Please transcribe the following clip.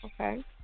Okay